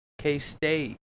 K-State